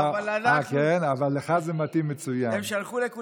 אבל אנחנו, הם שלחו את זה לכולם.